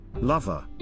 Lover